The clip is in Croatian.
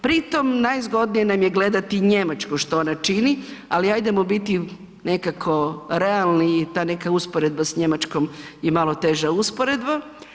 Pritom najzgodnije nam je gledati Njemačku što ona čini, ali hajdemo biti nekako realni i ta neka usporedba s Njemačkom je malo teža usporedba.